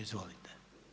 Izvolite.